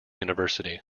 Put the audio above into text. university